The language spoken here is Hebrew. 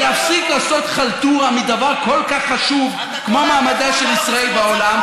ולהפסיק לעשות חלטורה מדבר כל כך חשוב כמו מעמדה של ישראל בעולם,